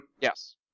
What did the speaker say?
Yes